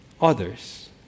others